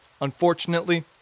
unfortunately